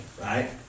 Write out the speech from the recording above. right